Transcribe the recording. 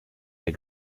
der